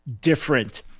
different